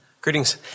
Greetings